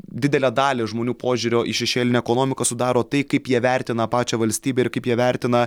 didelę dalį žmonių požiūrio į šešėlinę ekonomiką sudaro tai kaip jie vertina pačią valstybę ir kaip ją vertina